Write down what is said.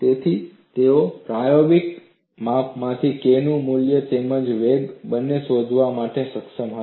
તેથી તેઓ પ્રાયોગિક માપમાંથી K નું મૂલ્ય તેમજ વેગ બંને શોધવા માટે સક્ષમ હતા